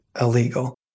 illegal